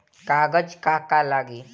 कागज का का लागी?